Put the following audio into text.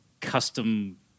custom